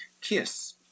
kiss